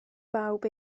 bawb